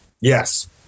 Yes